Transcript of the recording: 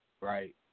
right